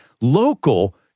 local